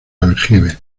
aljibe